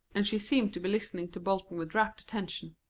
and she seemed to be listening to bolton with rapt attention.